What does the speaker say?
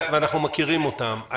ואנחנו מכירים אותם.